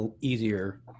easier